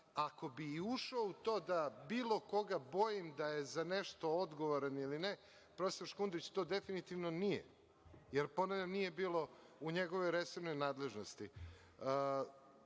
ako bi i ušao u to da bilo koga bojim da je za nešto odgovoran ili ne, profesor Škundrić to definitivno nije jer, ponavljam, nije bilo u njegovoj resornoj nadležnosti. Zaista,